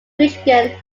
michigan